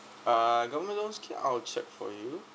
uh government loan scheme I'll check for you